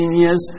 years